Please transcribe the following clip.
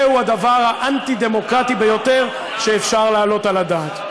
זהו הדבר האנטי-דמוקרטי ביותר שאפשר להעלות על הדעת.